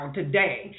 today